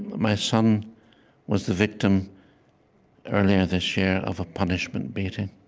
my son was the victim earlier this year of a punishment beating.